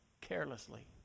carelessly